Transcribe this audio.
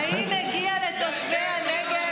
האם מגיע לתושבי הנגב